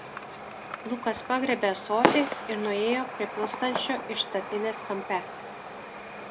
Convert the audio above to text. lukas pagriebė ąsotį ir nuėjo prie pilstančio iš statinės kampe